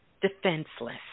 defenseless